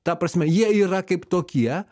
ta prasme jie yra kaip tokie